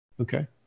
Okay